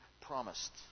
promised